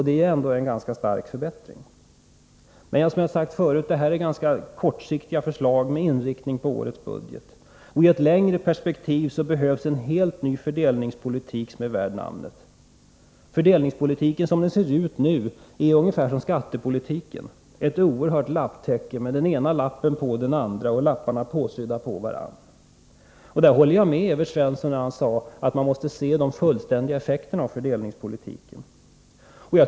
Det är ändå en ganska stark förbättring. Som jag har sagt förut är detta emellertid ganska kortsiktiga förslag med inriktning på årets budget. I ett längre perspektiv behövs en helt ny fördelningspolitik värd namnet. Fördelningspolitiken i stort ser nu närmast! ut som själva skattepolitiken: ett oerhört lapptäcke med den ena lappen löst påsydd på den andra. Jag håller med Evert Svensson om att man måste se de fullständiga effekterna av fördelningspolitiken.